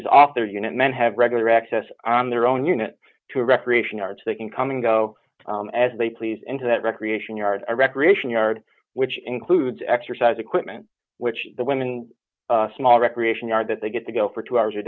is off their unit men have regular access on their own unit to recreation arts they can come and go as they please into that recreation yard recreation yard which includes exercise equipment which the women a small recreation yard that they get to go for two hours a